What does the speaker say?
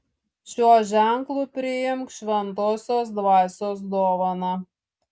šiuo ženklu priimk šventosios dvasios dovaną